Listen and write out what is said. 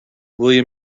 william